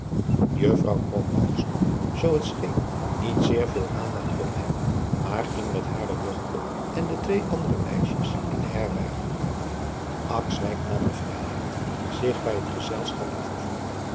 krombalg sloeg zoo het scheen niet zeer veel aandacht op hem maar ging met hare dochter en de twee andere meisjes in de herberg akswijk nam de vrijheid zich bij het gezelschap te vervoegen